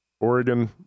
Oregon